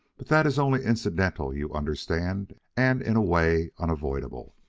but that is only incidental, you understand, and in a way, unavoidable.